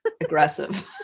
aggressive